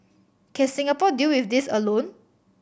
can Singapore deal with this alone